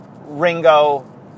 Ringo